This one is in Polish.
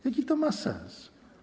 Jaki to ma sens?